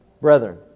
brethren